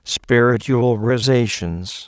spiritualizations